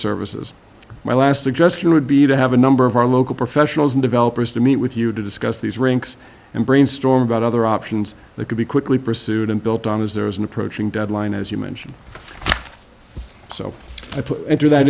services my last suggestion would be to have a number of our local professionals and developers to meet with you to discuss these rinks and brainstorm about other options that could be quickly pursued and built on as there is an approaching deadline as you mentioned so to enter that